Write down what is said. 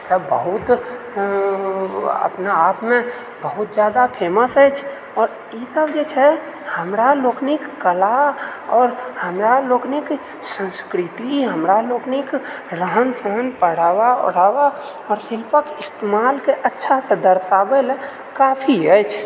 सब बहुत अपना आपमे बहुत जादा फेमस अछि आओर ई सब जे छै हमरा लोकनिक कला आओर हमरा लोकनिके संस्कृति हमरा लोकनिक रहन सहन पहिरावा ओढ़ावा आओर शिल्पके इस्तेमाल अच्छासँ दर्शाबए लऽ काफी अछि